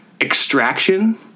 extraction